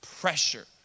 Pressure